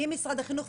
אם משרד החינוך,